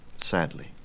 sadly